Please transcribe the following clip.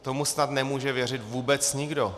Tomu snad nemůže věřit vůbec nikdo.